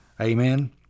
Amen